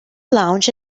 lounge